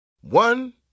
One